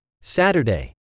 Saturday